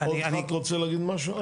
עוד ח"כ רוצה להגיד משהו?